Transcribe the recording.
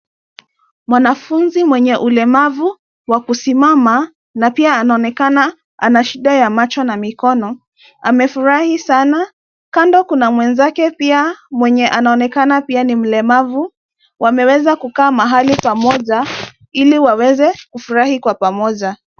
Mwanafunzi mwenye ulemavu wa kusimama na pia anaonekana ana shida ya macho na mikono amefurahi sana. Kando kuna mwenzake pia mwenye anaonekana pia ni mlemavu wameweza kukaa mahali pamoja ili waweze kufurahi kwa pamoja.